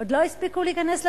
עוד לא הספיקו להיכנס לתפקיד,